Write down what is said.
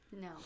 No